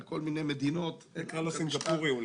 כל מיני מדינות -- נקרא לו סינגפורי אולי.